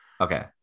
Okay